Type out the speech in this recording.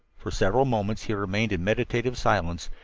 for several moments he remained in meditative silence,